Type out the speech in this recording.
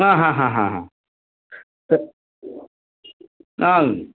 ಹಾಂ ಹಾಂ ಹಾಂ ಹಾಂ ಹಾಂ ನಾನು